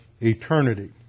eternity